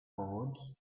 boards